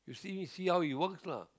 see see how it works lah